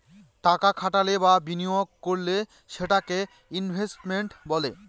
টাকা খাটালে বা বিনিয়োগ করলে সেটাকে ইনভেস্টমেন্ট বলে